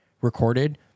recorded